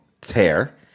tear—